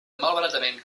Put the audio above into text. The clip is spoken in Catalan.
malbaratament